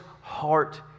heart